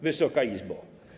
Wysoka Izbo!